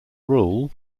rule